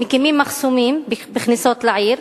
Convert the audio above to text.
מקימים מחסומים בכניסות לעיר,